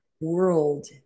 world